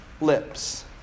lips